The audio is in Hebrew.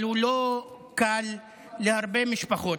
אבל הוא לא קל להרבה משפחות,